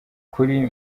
kuri